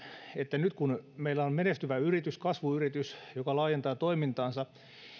että nyt kun meillä on menestyvä yritys kasvuyritys joka laajentaa toimintaansa